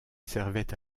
servait